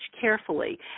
carefully